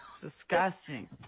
disgusting